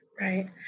Right